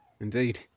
Indeed